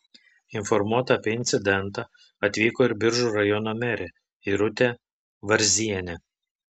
informuota apie incidentą atvyko ir biržų rajono merė irutė varzienė